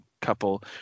couple